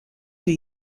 two